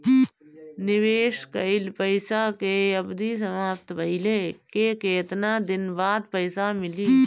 निवेश कइल पइसा के अवधि समाप्त भइले के केतना दिन बाद पइसा मिली?